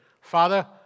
Father